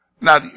Now